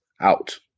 out